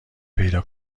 پیدا